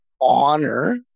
honor